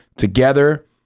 Together